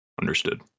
Understood